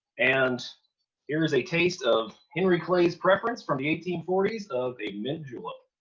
and here's a taste of henry clay's preference from the eighteen forty s of a mint julep.